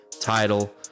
title